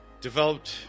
developed